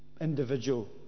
individual